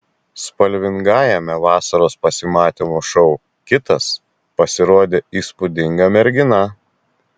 spalvingajame vasaros pasimatymų šou kitas pasirodė įspūdinga mergina